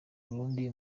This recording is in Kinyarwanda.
burundi